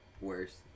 worse